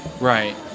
Right